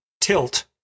tilt